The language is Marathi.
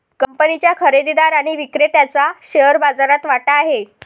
कंपनीच्या खरेदीदार आणि विक्रेत्याचा शेअर बाजारात वाटा आहे